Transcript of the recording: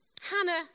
Hannah